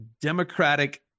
Democratic